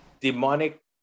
demonic